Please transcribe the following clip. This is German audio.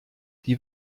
die